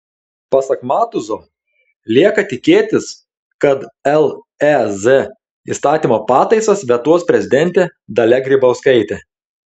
pasak matuzo lieka tikėtis kad lez įstatymo pataisas vetuos prezidentė dalia grybauskaitė